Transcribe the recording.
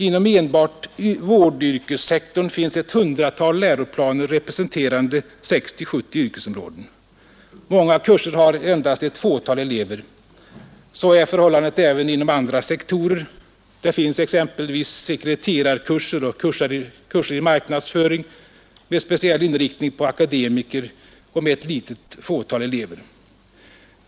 Inom enbart vårdyrkessektorn finns det ett hundratal läroplaner, representerande 60-70 yrkesområden. Många kurser har endast ett fåtal elever. Så är förhållandet även inom andra sektorer. Det finns exempelvis sekreterarkurser och kurser i marknadsföring med speciell inriktning på akademiker och med ett fåtal elever.